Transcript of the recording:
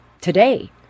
today